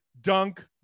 dunk